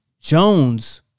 Jones